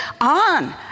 on